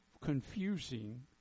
confusing